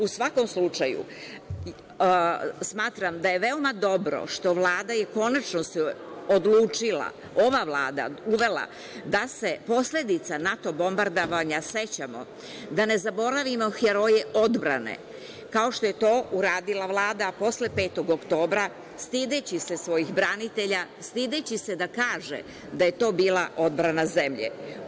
U svakom slučaju, smatram da je veoma dobro što se Vlada konačno odlučila, ova Vlada uvela da se posledica NATO bombardovanja sećamo, da ne zaboravimo heroje odbrane, kao što je to uradila Vlada posle 5. oktobra, stideći se svojih branitelja, stideći se da kaže da je to bila odbrana zemlje.